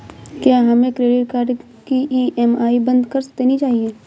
क्या हमें credit card की ई.एम.आई बंद कर देनी चाहिए?